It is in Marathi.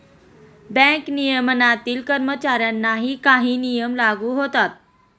बँक नियमनातील कर्मचाऱ्यांनाही काही नियम लागू होतात